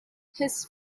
his